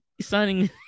signing